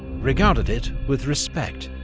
regarded it with respect.